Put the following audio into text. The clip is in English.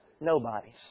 Nobody's